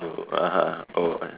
no (uh huh) oh